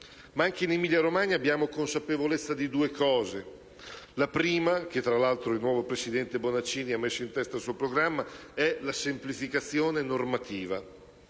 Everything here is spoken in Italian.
Ma anche in Emilia-Romagna abbiamo consapevolezza di due cose. La prima, che tra l'altro il nuovo presidente Bonaccini ha messo in testa al suo programma, è la semplificazione normativa.